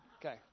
Okay